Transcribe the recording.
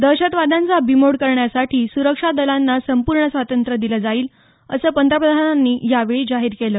दहशतवाद्यांचा बिमोड करण्यासाठी सुरक्षा दलांना संपूर्ण स्वातंत्र्य दिलं जाईल असं पंतप्रधानांनी यावेळी जाहीर केलं